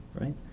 right